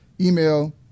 email